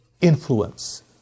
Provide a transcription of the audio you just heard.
influence